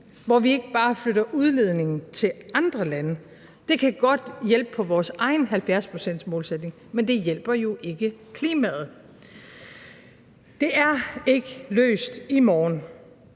hvor vi ikke bare flytter udledningen til andre lande. Det kan godt hjælpe på vores egen 70-procentsmålsætning, men det hjælper jo ikke klimaet. Det er ikke løst i morgen,